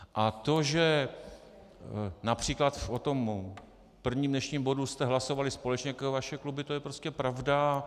A to, že například o tom prvním dnešním bodu jste hlasovali společně jako vaše kluby, to je prostě pravda.